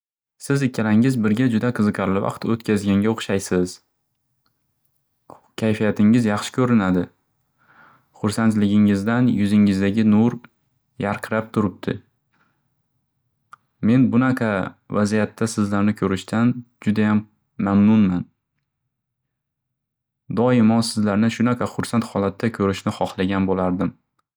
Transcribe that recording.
Siz ikkalangiz birgalikda juda qiziqarli vaqt o'tkazganga o'xshaysiz. Kayfiyatingiz yaxshi ko'rinadi. Hursandligingizdan yuzingizdagi nur yarqirab turubdi. Men bunaqa vaziyatda sizlarni ko'rishdan judayam mamnunman. Doimo sizlarni shunaqa hursand holatda ko'rishni xoxlagan bo'lardim.